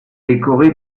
décoré